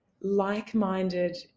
like-minded